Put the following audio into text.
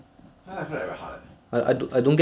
if he walks up I'm going to top if he walks down I'm going board